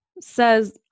says